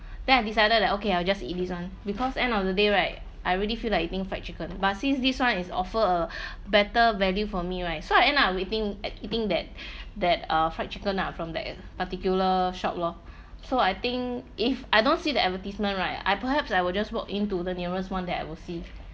then I decided that okay I will just eat this [one] because end of the day right I already feel like eating fried chicken but since this [one] is offer better value for me right so I end up eating at eating that that uh fried chicken ah from that particular shop loh so I think if I don't see the advertisement right I perhaps I will just walk into the nearest one that I will see